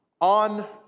on